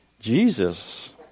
Jesus